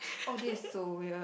oh this is so weird